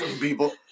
People